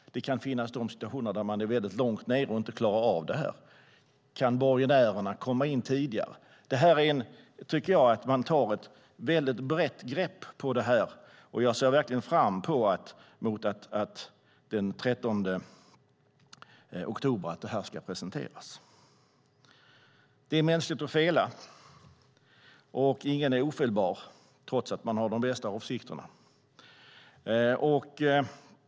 Det kan finnas sådana situationer där man är långt nedgången och inte klarar av detta. Kan borgenärerna komma in tidigare? Det är fråga om att ta ett brett grepp i utredningarna. Jag ser fram emot att få ta del av presentationen av utredningarna den 13 oktober. Det är mänskligt att fela. Ingen är ofelbar, trots de bästa avsikterna.